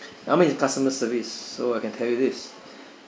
I mean it's customer service so I can tell you this